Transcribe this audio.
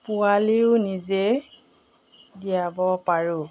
পোৱালিও নিজে দিয়াব পাৰোঁ